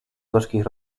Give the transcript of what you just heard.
gorzkich